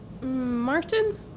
Martin